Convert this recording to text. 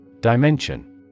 Dimension